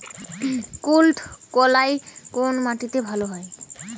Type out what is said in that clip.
কুলত্থ কলাই কোন মাটিতে ভালো হয়?